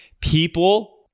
people